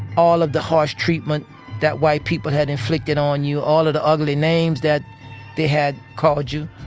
all of the harsh treatment that white people had inflicted on you, all the ugly names that they had called you.